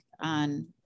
on